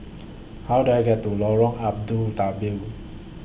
How Do I get to Lorong Abu Do